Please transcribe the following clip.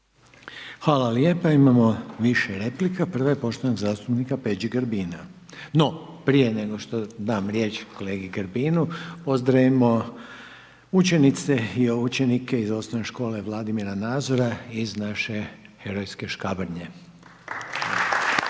Hvala lijepo. Imamo više replika, prva je poštovanog zastupnika Peđi Grbina. No, prije nego što dam riječ kolegi Grbinu, pozdravimo učenike i učenice OŠ Vladimira Nazora iz naše herojske Škabrnje.